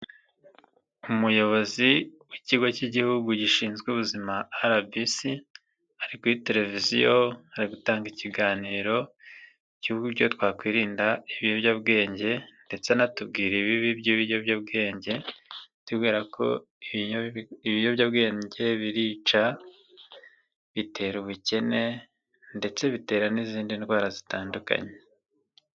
Umuyobozi w'Ikigo cy'Igihugu gishinzwe ubuzima RBC, ari kuri televiziyo, ari gutanga ikiganiro cy'uburyo twakwirinda ibiyobyabwenge ndetse anatubwira ibibi by'ibiyobyabwenge, atubwira ko ibiyobyabwenge birica, bitera ubukene ndetse bitera n'izindi ndwara zitandukanye.